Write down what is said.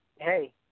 hey